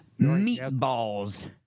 Meatballs